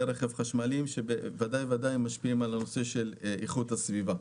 רכב חשמליים שמשפיעים בוודאי על נושא איכות הסביבה.